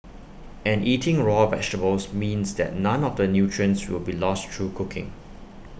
and eating raw vegetables means that none of the nutrients will be lost through cooking